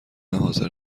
حاضر